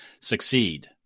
succeed